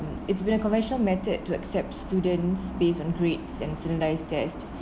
it's been a conventional method to accept students based on grades and standardised test